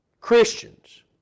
Christians